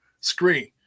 screen